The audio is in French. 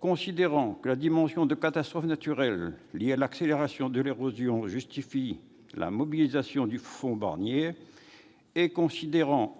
considérant que la dimension de catastrophe naturelle liée à l'accélération de l'érosion justifie la mobilisation du fonds Barnier et, enfin, considérant